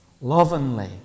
lovingly